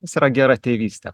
kas yra gera tėvystė